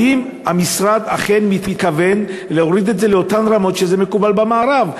האם המשרד אכן מתכוון להוריד את זה לאותן רמות שזה מקובל במערב?